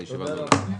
הישיבה נעולה.